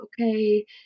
okay